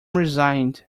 resigned